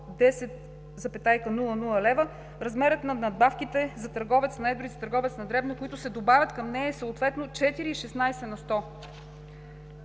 10,00 лв., размерът на надбавките за търговец на едро и за търговец на дребно, които се добавят към нея, е съответно 4 и 16 на сто.